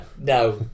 no